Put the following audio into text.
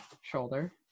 shoulder